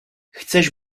chceš